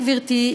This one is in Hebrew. גברתי,